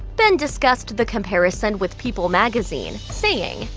ben discussed the comparison with people magazine, saying,